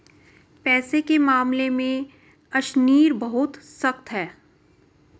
पैसे के मामले में अशनीर बहुत सख्त है